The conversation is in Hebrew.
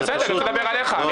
אני